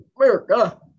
America